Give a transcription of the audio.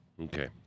Okay